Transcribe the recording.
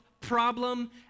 problem